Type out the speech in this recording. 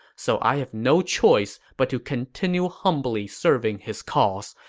so i have no choice but to continue humbly serving his cause,